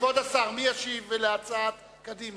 כבוד השר, מי ישיב על הצעת קדימה?